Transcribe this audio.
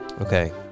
Okay